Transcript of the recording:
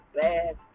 bad